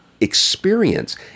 experience